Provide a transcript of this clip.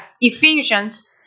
Ephesians